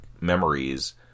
memories